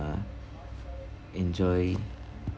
enjoy